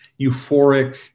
euphoric